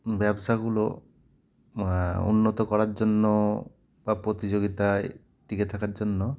ব্যবসাগুলো উন্নত করার জন্য বা প্রতিযোগিতায় টিকে থাকার জন্য